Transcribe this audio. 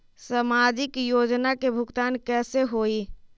समाजिक योजना के भुगतान कैसे होई?